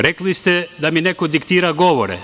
Rekli ste da mi neko diktira govore.